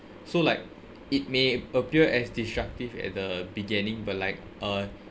so like it may appear as disruptive at the beginning but like uh